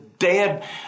dead